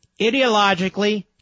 ideologically